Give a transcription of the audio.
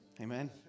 Amen